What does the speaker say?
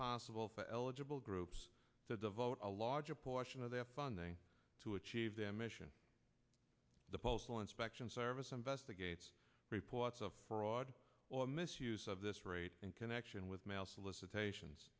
possible for eligible groups to devote a larger portion of their funding to achieve them mission the postal inspection service investigates reports of fraud or misuse of this raid in connection with mail solicitations